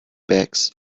bags